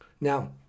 Now